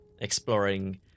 Exploring